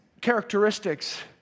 characteristics